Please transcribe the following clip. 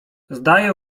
zdaje